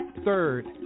third